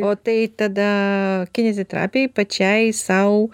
o tai tada kineziterapija pačiai sau